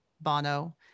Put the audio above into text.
Bono